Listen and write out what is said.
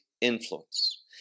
influence